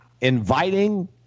Inviting